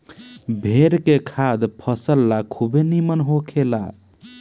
भेड़ के खाद फसल ला खुबे निमन होखेला